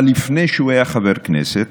אבל לפני שהוא היה חבר כנסת,